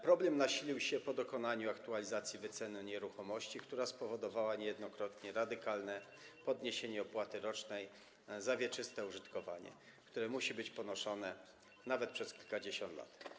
Problem nasilił się po dokonaniu aktualizacji wyceny nieruchomości, która powodowała niejednokrotnie radykalne podniesienie opłaty rocznej za wieczyste użytkowanie, która musi być ponoszona nawet przez kilkadziesiąt lat.